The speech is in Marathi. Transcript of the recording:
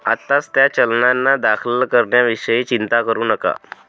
आत्ताच त्या चलनांना दाखल करण्याविषयी चिंता करू नका